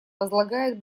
возлагает